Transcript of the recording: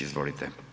Izvolite.